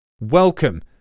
Welcome